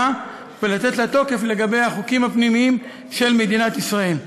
ולתת לה תוקף לגבי החוקים הפנימיים של מדינת ישראל.